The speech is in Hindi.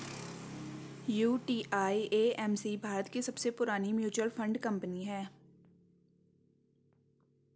यू.टी.आई.ए.एम.सी भारत की सबसे पुरानी म्यूचुअल फंड कंपनी है